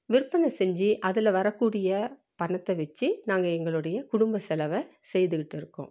விற்பனை செஞ்சு அதில் வரக்கூடிய பணத்தை வைச்சி நாங்கள் எங்களுடைய குடும்ப செலவை செய்துக்கிட்டு இருக்கோம்